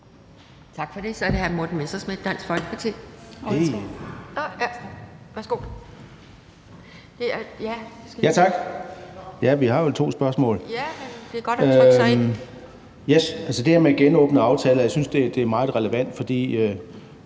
Tak for det. Så er det hr. Morten Messerschmidt, Dansk Folkeparti.